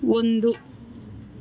ಒಂದು